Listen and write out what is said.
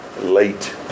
late